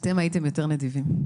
אתם הייתם יותר נדיבים.